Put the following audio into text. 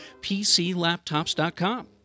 PClaptops.com